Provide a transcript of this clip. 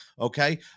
okay